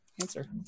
answer